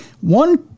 One